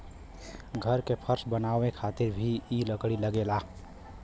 घर के फर्श बनावे खातिर भी इ लकड़ी लगेला